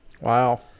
Wow